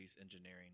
engineering